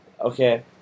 Okay